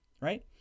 right